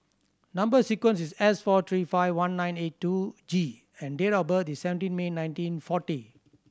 number sequence is S four three five one nine eight two G and date of birth is seventeen May nineteen forty